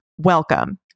Welcome